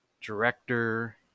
director